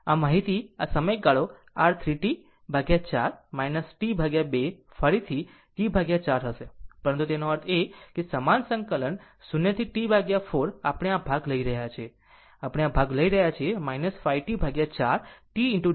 આમ આ અહીંથી અહીં આ સમયગાળો r 3 T 4 T 2 ફરીથી T 4 હશે પરંતુ એનો અર્થ એ કે સમાન સંકલન 0 થી T 4 આપણે આ ભાગ લઈ રહ્યા છીએ આપણે આ ભાગ લઈ રહ્યા છીએ 5 T4 tdt